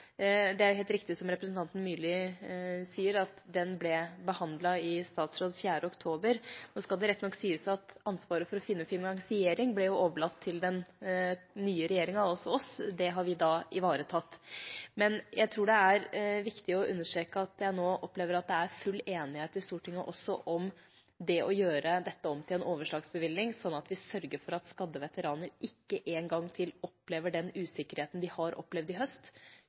er det helt riktig som representanten Myrli sier, at den ble behandlet i statsråd 4. oktober. Nå skal det rett nok sies at ansvaret for å finne finansiering ble overlatt til den nye regjeringa, altså oss. Det har vi ivaretatt. Men jeg tror det er viktig å understreke at jeg nå opplever at det er full enighet i Stortinget også om det å gjøre dette om til en overslagsbevilgning, sånn at vi sørger for at skadde veteraner ikke en gang til opplever den usikkerheten de har opplevd i høst.